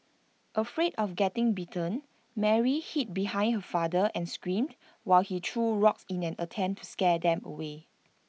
afraid of getting bitten Mary hid behind her father and screamed while he threw rocks in an attempt to scare them away